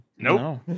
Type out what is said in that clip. Nope